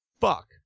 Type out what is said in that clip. fuck